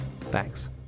Thanks